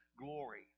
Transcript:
glory